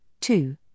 two